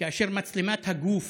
כאשר מצלמת הגוף